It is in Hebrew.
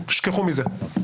תשכחו מזה,